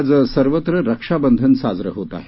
आज सर्वत्र रक्षांधनही साजरे होत आहे